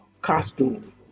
costume